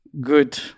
good